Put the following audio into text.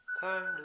Time